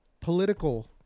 political